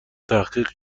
تحقیق